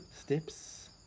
Steps